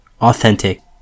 authentic